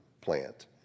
plant